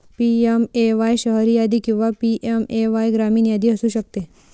PMAY शहरी यादी किंवा पी.एम.ए.वाय ग्रामीण यादी असू शकते